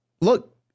look